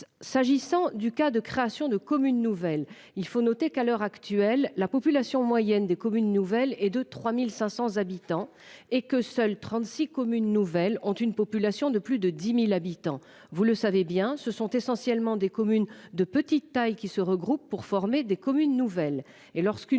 S'agissant du cas de création de commune nouvelle il faut noter qu'à l'heure actuelle la population moyenne des communes nouvelles et de 3500 habitants et que seuls 36 communes nouvelles ont une population de plus de 10.000 habitants, vous le savez bien, ce sont essentiellement des communes de petite taille qui se regroupent pour former des communes nouvelles